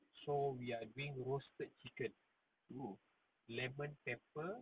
oh